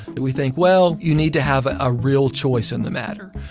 and we think, well, you need to have a real choice in the matter.